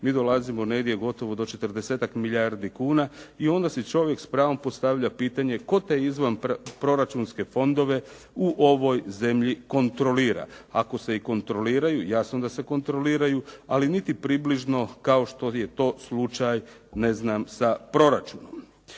mi dolazimo negdje gotovo do četrdesetak milijardi kuna i onda si čovjek s pravom postavlja pitanje tko te izvanproračunske fondove u ovoj zemlji kontrolira? Ako se i kontroliraju, jasno da se kontroliraju, ali niti približno kao što je to slučaj sa proračunom.